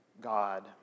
God